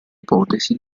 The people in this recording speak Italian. ipotesi